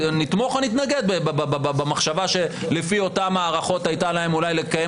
נתמוך או נתנגד במחשבה שלפי אותן הערכות הייתה להם אולי לקיים